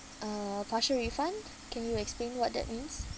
uh partial refund can you explain what that means